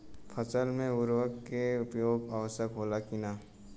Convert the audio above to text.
फसल में उर्वरक के उपयोग आवश्यक होला कि न?